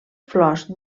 flors